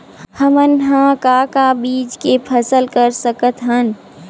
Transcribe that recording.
हमन ह का का बीज के फसल कर सकत हन?